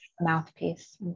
mouthpiece